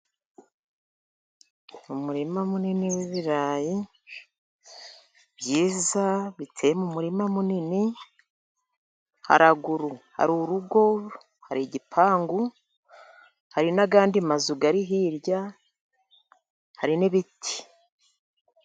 Umurima munini w'ibirayi byiza biteye umurima munini. Haraguru hari urugo hari igipangu hari n'andi mazu yari hirya hari n'ibiti.